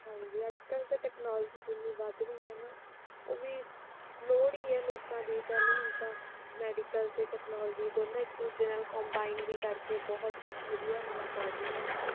ਹਾਂਜੀ ਅੱਜ ਕੱਲ ਤਾਂ ਟੈਕਨੋਲਜੀ ਜਿੰਨੀ ਵੱਧ ਰਹੀ ਹੈ ਨਾ ਉਹ ਵੀ ਲੋੜ ਹੀ ਹੈ ਲੋਕਾਂ ਦੀ ਕਹਿ ਲਓ ਹੁਣ ਤਾਂ ਮੈਡੀਕਲ ਅਤੇ ਟੈਕਨੋਲਜੀ ਦੋਨੇ ਇੱਕ ਦੂਜੇ ਨਾਲ ਕੌਮਬਾਈਨ ਵੀ ਕਰਕੇ ਬਹੁਤ ਕੁਝ ਵਧੀਆ ਨਵਾਂ ਕਰ ਰਹੀਆਂ ਨੇ